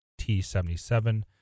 T77